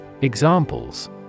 Examples